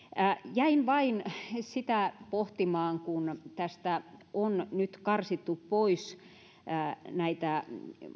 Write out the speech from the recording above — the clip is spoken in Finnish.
jäin vain sitä pohtimaan kun tästä on nyt karsittu pois näitä